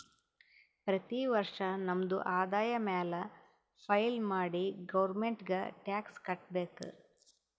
ಪ್ರತಿ ವರ್ಷ ನಮ್ದು ಆದಾಯ ಮ್ಯಾಲ ಫೈಲ್ ಮಾಡಿ ಗೌರ್ಮೆಂಟ್ಗ್ ಟ್ಯಾಕ್ಸ್ ಕಟ್ಬೇಕ್